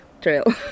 trail